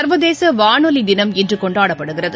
சர்வதேச வானொலி தினம் இன்று கொண்டாடப்படுகிறது